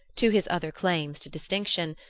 to his other claims to distinction,